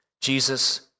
Jesus